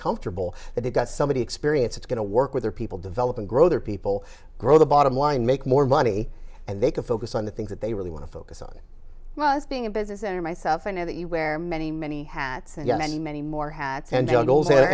comfortable that they've got somebody experience it's going to work with their people develop and grow their people grow the bottom line make more money and they can focus on the things that they really want to focus on was being a business owner myself i know that you wear many many hats and yet many many more had and